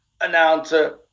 announcer